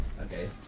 okay